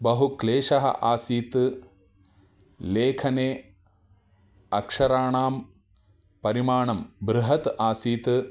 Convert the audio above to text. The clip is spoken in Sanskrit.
बहुक्लेशः आसीत् लेखने अक्षराणां परिमाणं बृहत् आसीत्